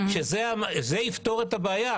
זה יפתור את הבעיה.